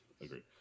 Agreed